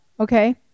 Okay